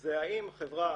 זה האם חברה